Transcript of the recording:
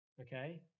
okay